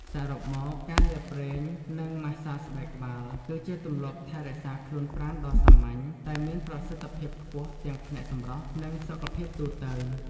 សរុបមក ការលាបប្រេង និងម៉ាស្សាស្បែកក្បាល គឺជាទម្លាប់ថែរក្សាខ្លួនប្រាណដ៏សាមញ្ញ តែមានប្រសិទ្ធភាពខ្ពស់ទាំងផ្នែកសម្រស់ និងសុខភាពទូទៅ។